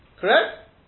Correct